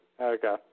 Okay